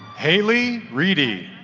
haley reedy